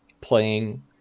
playing